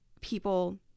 people